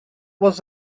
was